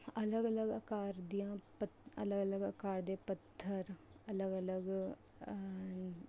ਅਲੱਗ ਅਲੱਗ ਆਕਾਰ ਦੀਆਂ ਅਲੱਗ ਆਕਾਰ ਦੇ ਪੱਥਰ ਅਲੱਗ ਅਲੱਗ